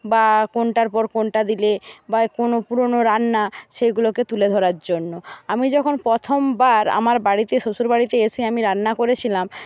বা কোনটার পর কোনটা দিলে বা কোনো পুরোনো রান্না সেইগুলোকে তুলে ধরার জন্য আমি যখন প্রথমবার আমার বাড়িতে শ্বশুর বাড়িতে এসে আমি রান্না করেছিলাম